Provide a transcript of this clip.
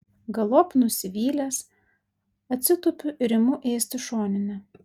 galop nusivylęs atsitupiu ir imu ėsti šoninę